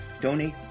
donate